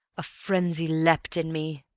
a frenzy leapt in me.